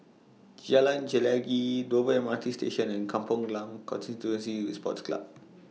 Jalan Chelagi Dover M R T Station and Kampong Glam Constituency Sports Club